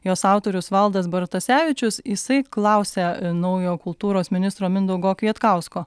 jos autorius valdas bartasevičius jisai klausia naujo kultūros ministro mindaugo kvietkausko